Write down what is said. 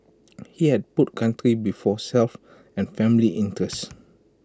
he had put country before self and family interest